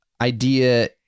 idea